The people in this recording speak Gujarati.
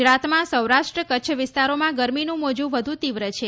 ગુજરાતમાં સૌરાષ્ટ્ર કચ્છ વિસ્તારોમાં ગરમીનું મોજુ વધુ તીવ્ર છે